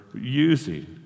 using